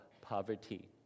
poverty